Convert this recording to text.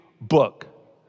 book